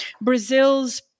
Brazil's